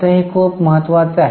आता हे खूप महत्वाचे आहे